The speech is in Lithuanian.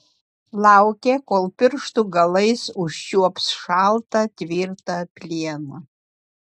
laukė kol pirštų galais užčiuops šaltą tvirtą plieną